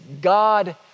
God